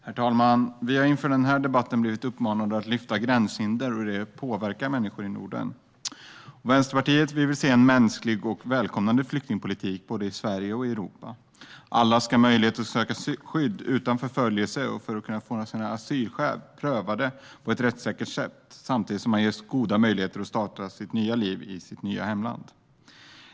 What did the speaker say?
Herr talman! Vi har inför den här debatten blivit uppmanade att lyfta frågan om gränshinder och hur de påverkar människor i Norden. Vänsterpartiet vill se en mänsklig och välkomnande flyktingpolitik både i Sverige och i Europa. Alla ska ha möjlighet att söka skydd undan förföljelser och kunna få sina asylskäl prövade på ett rättssäkert sätt samtidigt som man ges goda möjligheter att starta sitt nya liv i sitt nya hemland.